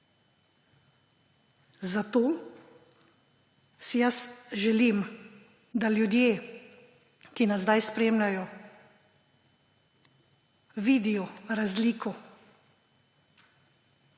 Zato si jaz želim, da ljudje, ki nas zdaj spremljajo, vidijo razliko